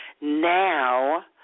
Now